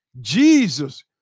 Jesus